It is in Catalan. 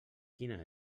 quina